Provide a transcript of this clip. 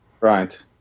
Right